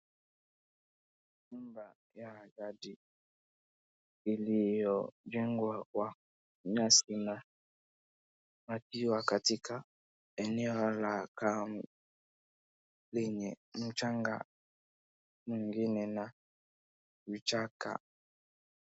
Nyumba ya jadi iliyojengwa kwa nyasi na akiwa katika eneo la kame lenye mchanga mwingine na vichaka.